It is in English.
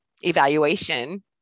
evaluation